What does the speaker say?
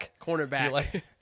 cornerback